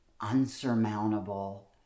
unsurmountable